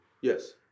Yes